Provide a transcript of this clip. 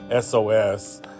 SOS